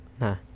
Nah